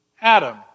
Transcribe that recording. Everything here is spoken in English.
Adam